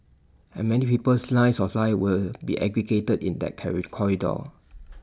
and many people's lines of life will be aggregated in that carry corridor